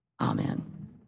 Amen